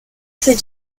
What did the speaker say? fait